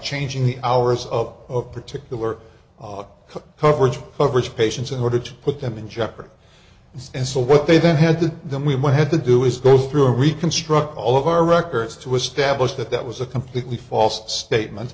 changing the hours of particular coverage coverage of patients in order to put them in jeopardy and so what they then had to them we might have to do is go through a reconstruct all of our records to establish that that was a completely false statement